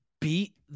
beat